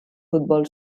futbol